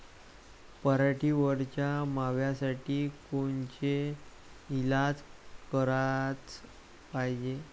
पराटीवरच्या माव्यासाठी कोनचे इलाज कराच पायजे?